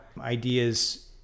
ideas